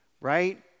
right